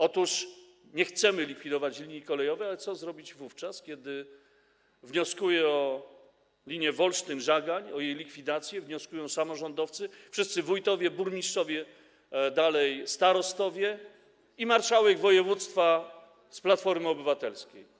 Otóż nie chcemy likwidować linii kolejowych, ale co zrobić wówczas, kiedy o linię Wolsztyn - Żagań, o jej likwidację wnioskują samorządowcy, wszyscy wójtowie, burmistrzowie, dalej starostowie i marszałek województwa z Platformy Obywatelskiej?